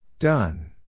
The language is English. Done